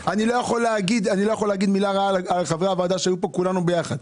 אני לא יכול להגיד מילה רעה על חברי הוועדה שהיו כאן וכולנו עשינו ביחד.